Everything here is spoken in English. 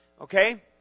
Okay